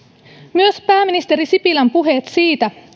myös pääministeri sipilän puheet siitä